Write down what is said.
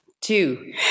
two